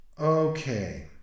Okay